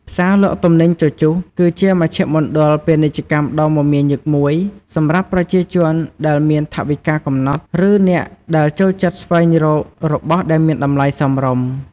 ផ្សារលក់ទំនិញជជុះ គឺជាមជ្ឈមណ្ឌលពាណិជ្ជកម្មដ៏មមាញឹកមួយសម្រាប់ប្រជាជនដែលមានថវិកាកំណត់ ឬអ្នកដែលចូលចិត្តស្វែងរករបស់ដែលមានតម្លៃសមរម្យ។